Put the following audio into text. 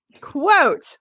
Quote